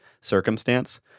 circumstance